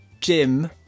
jim